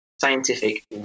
scientific